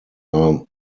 are